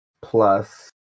plus